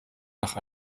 nach